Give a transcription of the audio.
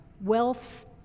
Wealth